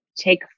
take